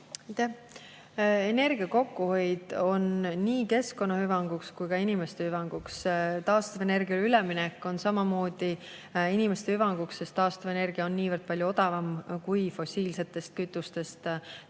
Energia kokkuhoid on nii keskkonna hüvanguks kui ka inimeste hüvanguks. Taastuvenergiale üleminek on samamoodi inimeste hüvanguks, sest taastuvenergia on niivõrd palju odavam kui fossiilsetest kütustest tulenev